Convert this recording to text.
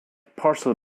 parcel